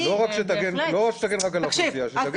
לא רק שתגן על האוכלוסייה, שתגן עליהם.